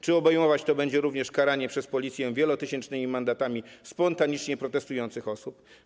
Czy obejmować to będzie również karanie przez policję wielotysięcznymi mandatami spontanicznie protestujących osób?